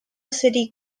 city